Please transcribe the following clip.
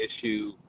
issue